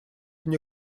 мне